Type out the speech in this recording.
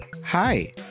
Hi